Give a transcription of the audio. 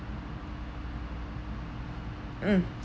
mm